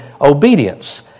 obedience